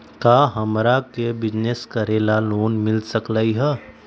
का हमरा के बिजनेस करेला लोन मिल सकलई ह?